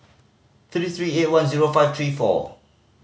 three three eight one zero five three four